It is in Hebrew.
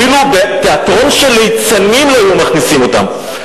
אפילו בתיאטרון של ליצנים לא היו מכניסים אותם.